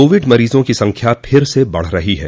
Covid मरीजों की संख्या फिर से बढ़ रही है